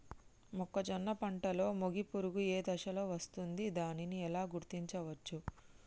మొక్కజొన్న పంటలో మొగి పురుగు ఏ దశలో వస్తుంది? దానిని ఎలా గుర్తించవచ్చు?